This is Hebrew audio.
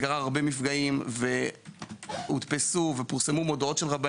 העיר הנקייה ביותר אבל למגר לרמה נסבלת שיוכלו לחיות